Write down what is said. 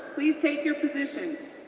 please take your positions.